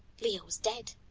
leo was dead,